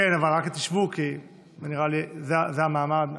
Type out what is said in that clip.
אנחנו, כן, אבל רק תשבו, כי המעמד מחייב.